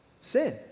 sin